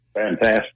fantastic